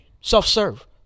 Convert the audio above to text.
self-serve